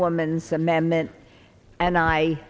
woman's amendment and i